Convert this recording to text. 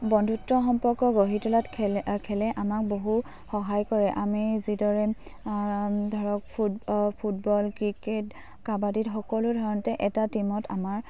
বন্ধুত্ব সম্পৰ্ক গঢ়ি তুলাত খেলে আমাক বহু সহায় কৰে আমি যিদৰে ধৰক ফুট ফুটবল ক্ৰিকেট কাবাডীত সকলো ধৰণতে এটা টীমত আমাৰ